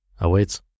awaits